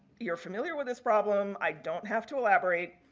you're familiar with this problem. i don't have to elaborate.